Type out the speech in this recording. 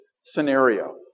scenario